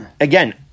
again